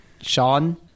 sean